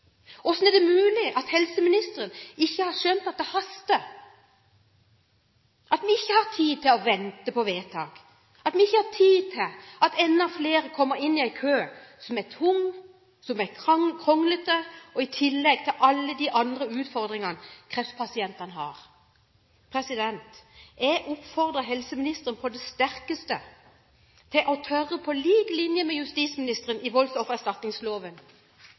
et så rikt land som Norge har rekonstruksjonskø? Hvordan er det mulig at helseministeren ikke har skjønt at det haster, at vi ikke har tid til å vente på vedtak, at vi ikke har tid til at enda flere kommer inn i en kø som er tung og kronglete, i tillegg til alle de andre utfordringene kreftpasientene har? Jeg oppfordrer helseministeren på det sterkeste til å tørre – på lik linje med justisministeren i